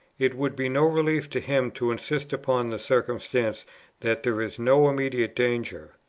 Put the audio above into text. it would be no relief to him to insist upon the circumstance that there is no immediate danger.